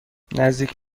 نزدیک